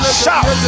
shout